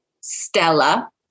Stella